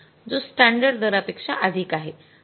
जो स्टॅंडर्ड दरापेक्षा अधिक आहे